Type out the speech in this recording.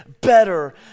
better